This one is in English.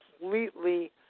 completely